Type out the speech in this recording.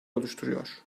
oluşturuyor